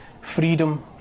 freedom